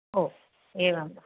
ओ एवं